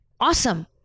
Awesome